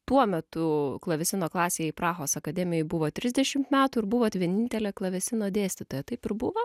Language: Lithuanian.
tuo metu klavesino klasei prahos akademijoj buvo trisdešim metų ir buvot vienintelė klavesino dėstytoja taip ir buvo